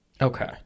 Okay